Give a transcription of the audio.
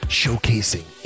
showcasing